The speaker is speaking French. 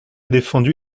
défendu